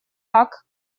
так